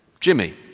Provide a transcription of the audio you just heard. Jimmy